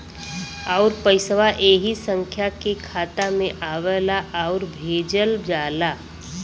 आउर पइसवा ऐही संख्या के खाता मे आवला आउर भेजल जाला